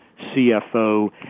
CFO